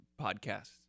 Podcasts